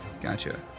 Gotcha